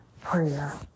prayer